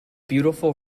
beautiful